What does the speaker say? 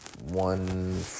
one